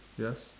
yes